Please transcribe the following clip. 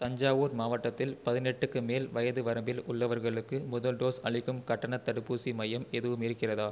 தஞ்சாவூர் மாவட்டத்தில் பதினெட்டுக்கு மேல் வயது வரம்பில் உள்ளவர்களுக்கு முதல் டோஸ் அளிக்கும் கட்டணத் தடுப்பூசி மையம் எதுவும் இருக்கிறதா